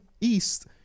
east